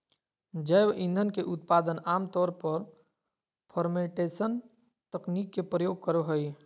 जैव ईंधन के उत्पादन आम तौर पर फ़र्मेंटेशन तकनीक के प्रयोग करो हइ